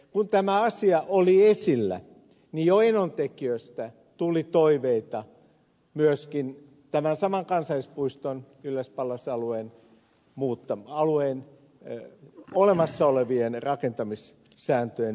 kun tämä asia oli esillä niin jo enontekiöstä tuli toiveita myöskin tämän saman kansallispuiston ylläs pallas alueen olemassa olevien rakentamissääntöjen väljentämisestä